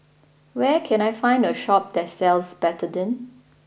where can I find a shop that sells Betadine